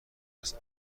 است